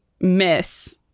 miss